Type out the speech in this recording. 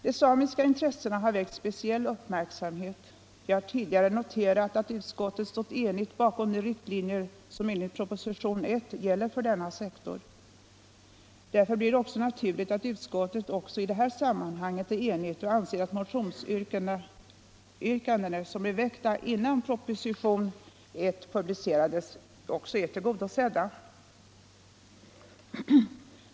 De samiska intressena har väckt speciell uppmärksamhet. Jag har tidigare noterat att utskottet stått enigt bakom de riktlinjer som enligt proposition 1 gäller för denna sektor. Därför blir det naturligt att utskottet också i det här sammanhanget är enigt och anser att motionsyrkandena — framförda innan proposition 1 publicerades — är tillgodosedda.